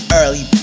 early